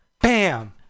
bam